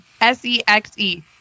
S-E-X-E